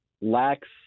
lacks